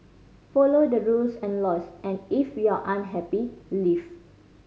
follow the rules and laws and if you're unhappy leave